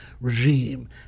regime